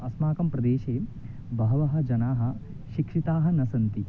अस्माकं प्रदेशे बहवः जनाः शिक्षिताः न सन्ति